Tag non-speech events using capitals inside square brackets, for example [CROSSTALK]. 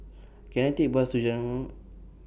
Can I Take Bus to Jalan [UNINTELLIGIBLE]